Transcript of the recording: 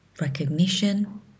recognition